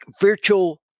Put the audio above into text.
virtual